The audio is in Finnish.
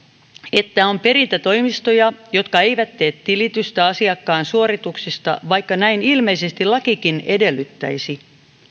että on perintätoimistoja jotka eivät tee tilitystä asiakkaan suorituksista vaikka näin ilmeisesti lakikin edellyttäisi